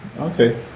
Okay